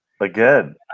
Again